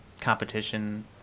competition